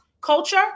culture